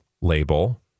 Label